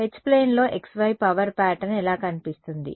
కాబట్టి H plane లో xy power pattern ఎలా కనిపిస్తుంది